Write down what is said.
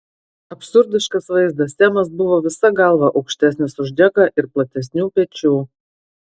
absurdiškas vaizdas semas buvo visa galva aukštesnis už džeką ir platesnių pečių